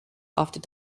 after